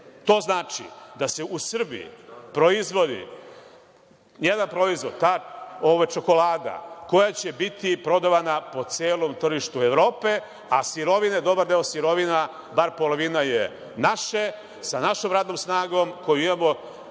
To znači da se u Srbiji proizvodi jedan proizvod, čokolada, koja će biti prodavana po celom tržištu Evropa, a dobar deo sirovina, bar polovina je naše, sa našom radnom snagom koju imamo,